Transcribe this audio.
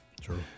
True